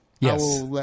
Yes